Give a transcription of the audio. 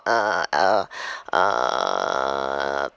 uh uh err